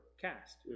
cast